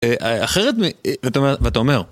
אחרת מ... ואתה אומר ואתה אומר...